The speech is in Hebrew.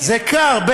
זה קר.